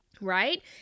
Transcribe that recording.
right